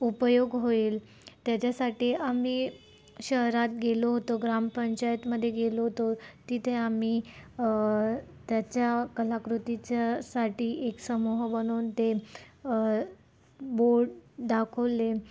उपयोग होईल त्याच्यासाठी आम्ही शहरात गेलो होतो ग्रामपंचायतमध्ये गेलो होतो तिथे आम्ही त्याच्या कलाकृतीच्यासाठी एक समूह बनवून ते बोड दाखवले